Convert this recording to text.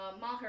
Maher